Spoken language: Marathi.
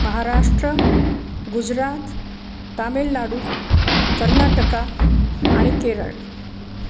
महाराष्ट्र गुजरात तामीळनाडू कर्नाटक आणि केरळ